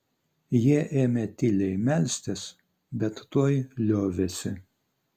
ji ėmė tyliai melstis bet tuoj liovėsi